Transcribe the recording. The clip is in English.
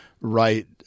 right